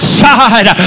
side